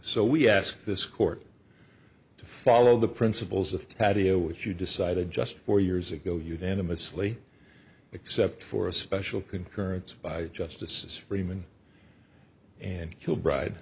so we ask this court to follow the principles of patio which you decided just four years ago unanimously except for a special concurrence by justices freeman and kilbride